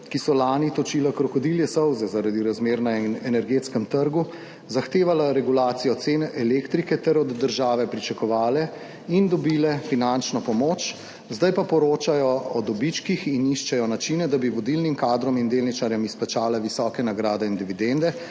ki so lani točila krokodilje solze zaradi razmer na energetskem trgu, zahtevala regulacijo cen elektrike ter od države pričakovale in dobile finančno pomoč, zdaj pa poročajo o dobičkih in iščejo načine, da bi vodilnim kadrom in delničarjem izplačale visoke nagrade in dividende,